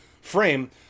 frame